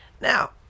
Now